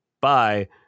bye